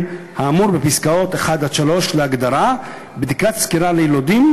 האמור בפסקאות (1) עד (3) להגדרה 'בדיקת סקירה ליילודים',